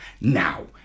Now